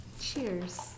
Cheers